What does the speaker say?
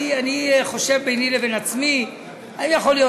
אני חושב ביני לבין עצמי אם יכול להיות